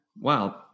Wow